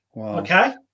Okay